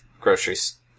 groceries